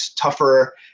tougher